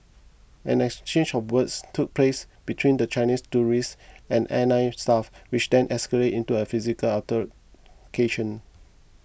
an exchange of words took place between the Chinese tourists and airline staff which then escalated into a physical altercation